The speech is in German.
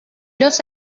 los